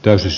jos